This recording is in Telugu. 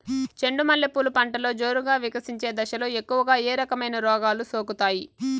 చెండు మల్లె పూలు పంటలో జోరుగా వికసించే దశలో ఎక్కువగా ఏ రకమైన రోగాలు సోకుతాయి?